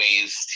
ways